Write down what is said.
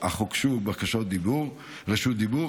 אך הוגשו בקשות רשות דיבור.